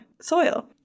soil